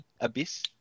abyss